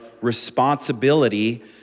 responsibility